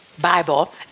Bible